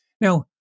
Now